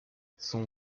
son